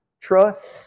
trust